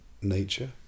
nature